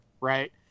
Right